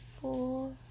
four